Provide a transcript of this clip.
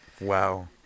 Wow